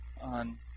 on